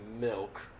milk